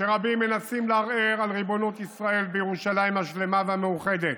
רבים מנסים לערער על ריבונות ישראל בירושלים השלמה והמאוחדת,